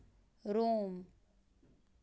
Rome